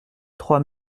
trois